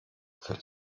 für